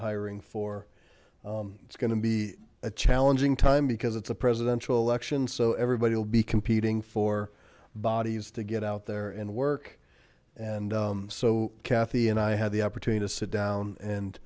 hiring for it's gonna be a challenging time because it's a presidential election so everybody will be competing for bodies to get out there and work and so cathy and i had the opportunity to sit down and